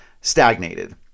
stagnated